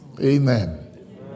Amen